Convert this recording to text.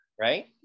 Right